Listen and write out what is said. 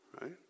right